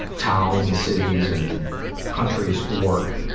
towns and cities and countries work,